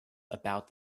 about